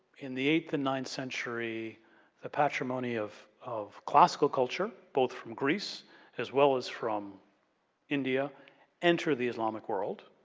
in the eighth and ninth century the patrimony of of classical culture, both from greece as well as from india enter the islamic world.